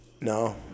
No